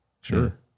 Sure